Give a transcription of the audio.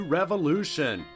revolution